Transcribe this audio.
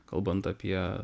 kalbant apie